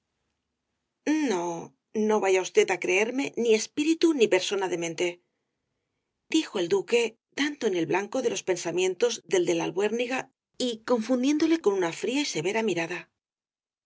no no vaya usted á creerme ni espíritu ni persona dementedijo el duque dando en el blanco de los pensamientos del de la albuérniga y confundiéndole con una fría y severa mirada